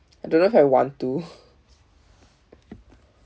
I don't know if I want to